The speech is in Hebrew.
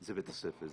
זה בית הספר.